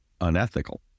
unethical